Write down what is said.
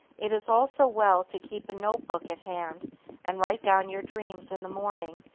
it is also well to keep a notebook at hand and write down your dreams in the morning,